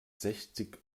sechzig